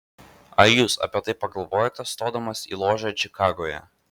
ar jūs apie tai pagalvojote stodamas į ložę čikagoje